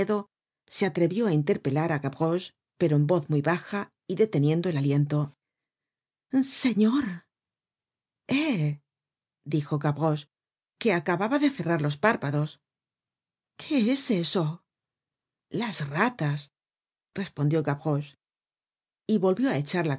se atrevió á interpelar á gavroche pero en voz muy baja y deteniendo el aliento señor eh dijo gavroche que acababa de cerrar los párpados qué es eso las ratas respondió gavroche y volvió á echar